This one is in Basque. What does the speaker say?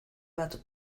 bat